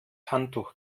handtuch